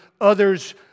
others